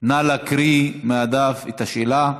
נא להקריא מהדף את השאלה.